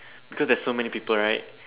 because there's so many people right